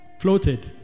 floated